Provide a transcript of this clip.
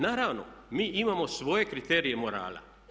Naravno, mi imamo svoje kriterije morala.